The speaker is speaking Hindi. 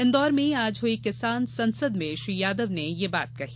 इंदौर में आज हुई किसान संसद में श्री यादव ने यह बात कही